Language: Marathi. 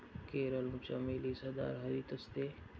कोरल चमेली सदाहरित असते